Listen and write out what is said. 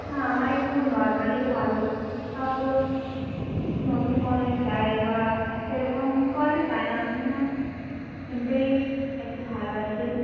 না আমার একটু নর্মালই ভালো তারপর কি নতুন কোনো স্টাইল বা সেরকম করাতে চাই না আমি আমার সিম্পলই একটু ভালো আছে